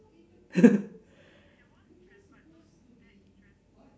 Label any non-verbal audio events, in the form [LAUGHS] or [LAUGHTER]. [LAUGHS]